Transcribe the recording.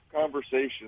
conversation